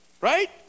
Right